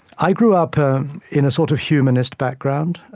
i grew up in a sort of humanist background.